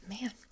Man